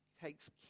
takes